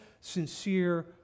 sincere